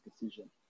decision